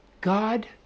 God